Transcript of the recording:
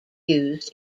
used